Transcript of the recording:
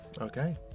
Okay